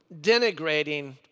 denigrating